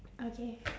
okay